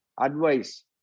advice